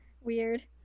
Weird